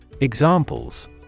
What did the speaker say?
Examples